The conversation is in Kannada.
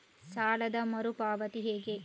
ಸಾಲದ ಮರು ಪಾವತಿ ಹೇಗೆ?